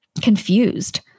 confused